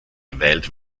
gewählt